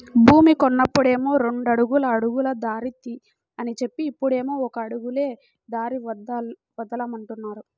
భూమి కొన్నప్పుడేమో రెండడుగుల అడుగుల దారి అని జెప్పి, ఇప్పుడేమో ఒక అడుగులే దారికి వదులుతామంటున్నారు